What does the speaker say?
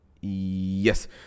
Yes